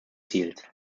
ziels